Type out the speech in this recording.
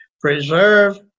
preserve